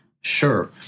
Sure